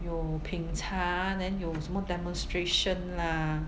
有评查 then 有什么 demonstration lah